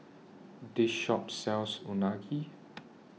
This Shop sells Unagi